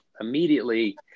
immediately